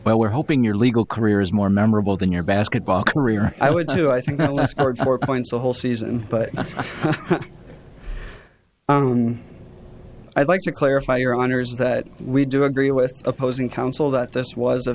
well we're hoping your legal career is more memorable than your basketball career i would do i think that last four points a whole season but i'd like to clarify your honour's that we do agree with opposing counsel that this was a